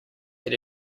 get